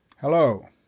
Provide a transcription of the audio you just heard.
Hello